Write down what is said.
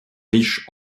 riches